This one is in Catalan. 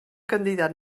candidat